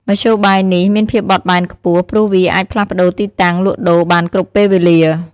មធ្យោបាយនេះមានភាពបត់បែនខ្ពស់ព្រោះវាអាចផ្លាស់ប្តូរទីតាំងលក់ដូរបានគ្រប់ពេលវេលា។